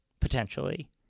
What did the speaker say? potentially